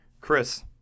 Chris